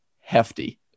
hefty